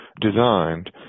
designed